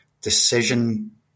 decision